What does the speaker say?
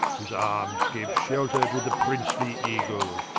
whose armes gaue shelter to the princely eagle,